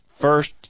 first